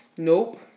Nope